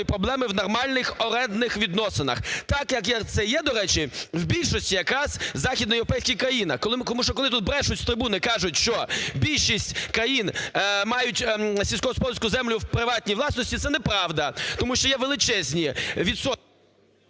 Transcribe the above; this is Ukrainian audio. проблеми в нормальних орендних відносинах, так, як це є, до речі, в більшості якраз західноєвропейських країнах. Тому що, коли тут брешуть з трибуни, кажуть, що більшість країн мають сільськогосподарську землю в приватній власності, це неправда. Тому що є величезні...